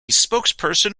spokesperson